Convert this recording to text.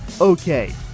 Okay